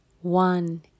one